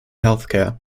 healthcare